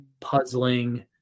puzzling